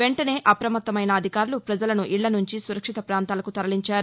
వెంటనే అప్రమత్తమైన అధికారులు ప్రపజలను ఇక్ష నుంచి సురక్షిత ప్రాంతాలకు తరలించారు